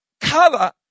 color